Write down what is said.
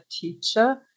teacher